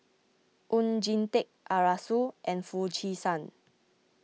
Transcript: Oon Jin Teik Arasu and Foo Chee San